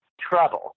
trouble